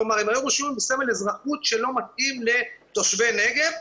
כלומר הם היו רשומים בסמל אזרחות שלא מתאים לתושבי נגב.